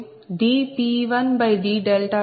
5 23 5 23